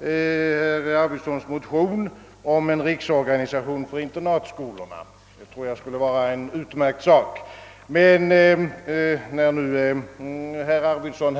herr Arvidsons motion om en riksorganisation för internatskolorna — jag tror det skulle vara en utmärkt sak. Herr Arvidson.